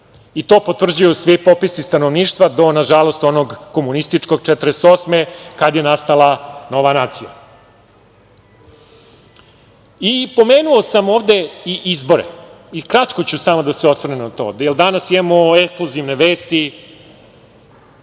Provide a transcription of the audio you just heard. I to potvrđuju svi popisi stanovništva, do, nažalost, onog komunističkog 1948. kada je nastala nova nacija. Pomenuo sam ovde i izbore i kratko ću samo da se osvrnem na to, jer danas imamo ekskluzivne vesti.